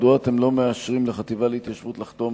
מדוע אתם לא מאשרים לחטיבה להתיישבות לחתום